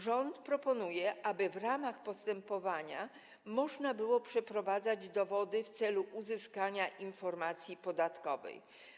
Rząd proponuje, aby w ramach postępowania można było przeprowadzać dowody w celu uzyskania informacji podatkowych.